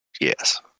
yes